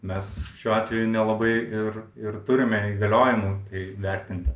mes šiuo atveju nelabai ir ir turime įgaliojimų tai vertinti